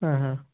आहा